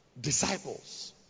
disciples